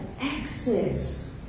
access